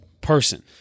person